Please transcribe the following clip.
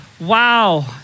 wow